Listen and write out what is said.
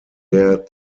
der